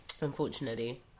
unfortunately